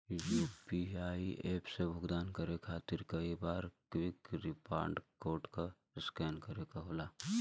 UPI app से भुगतान करे खातिर कई बार क्विक रिस्पांस कोड क स्कैन करे क होला